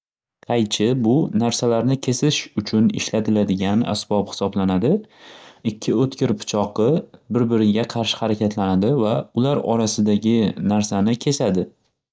Qaychi bu narsalarni kesish uchun ishlatiladigan asbob xisoblanadi. Ikki o'tkir pichoqi bir biriga qarshi xarakatlanadi va ular orasidagi narsani kesadi.